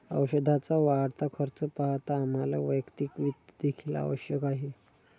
औषधाचा वाढता खर्च पाहता आम्हाला वैयक्तिक वित्त देखील आवश्यक आहे